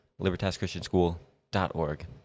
LibertasChristianschool.org